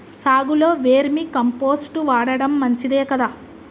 సాగులో vermicompost వాడటం మంచిదే కదా?